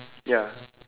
ya